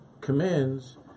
commands